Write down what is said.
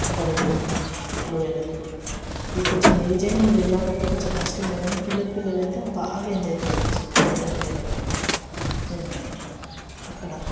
అక్కడ వెళ్ళినాం లోయలకు ఇక కొంచెం ఏజ్ అయిన వాళ్ళు వెళ్ళాలంటే కొంచెం కష్టమే కానీ పిల్లలు పిల్లలు అయితే బాగా ఎంజాయ్ చేయవచ్చు యాగంటి దగ్గర అక్కడ